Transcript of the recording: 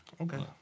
okay